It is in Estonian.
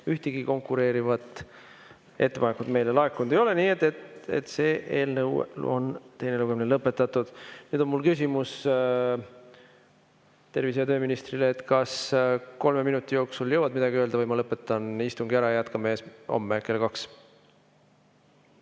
ühtegi konkureerivat ettepanekut meile laekunud ei ole, on selle eelnõu teine lugemine lõpetatud. Nüüd on mul küsimus tervise- ja tööministrile: kas kolme minuti jooksul jõuad midagi öelda või ma lõpetan istungi ära ja jätkame homme kell kaks?